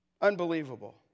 Unbelievable